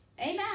Amen